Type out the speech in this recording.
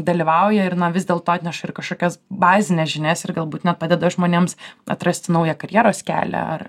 dalyvauja ir na vis dėlto atneša ir kažkokias bazines žinias ir galbūt net padeda žmonėms atrasti naują karjeros kelią ar